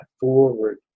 forward